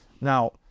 Now